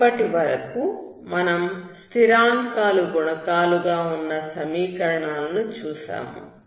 ఇప్పటి వరకు మనం స్థిరాంకాలు గుణకాలుగా ఉన్న సమీకరణాలను చూశాము